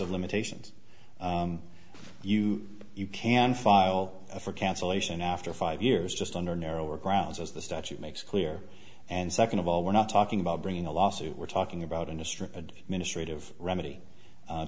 of limitations you can file for cancellation after five years just under narrower grounds as the statute makes clear and second of all we're not talking about bringing a lawsuit we're talking about industry administrative remedy